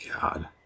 God